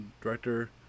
director